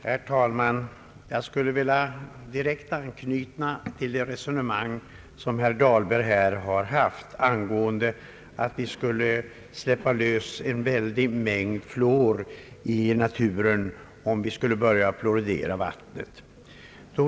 Herr talman! Jag vill direkt anknyta till herr Dahlbergs resonemang, att vi skulle släppa lös en väldig mängd fluor i naturen om vi börjar fluoridera vattnet.